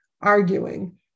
arguing